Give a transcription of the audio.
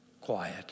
quiet